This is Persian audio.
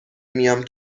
میام